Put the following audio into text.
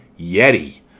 Yeti